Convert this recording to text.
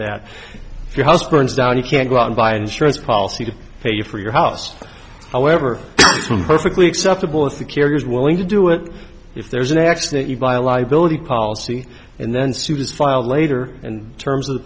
that if your house burns down you can go out and buy an insurance policy to pay you for your house however perfectly acceptable if the carrier is willing to do it if there's an accident you buy a liability policy and then suit is filed later and terms of the